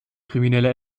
kriminelle